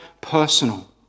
personal